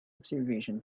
observation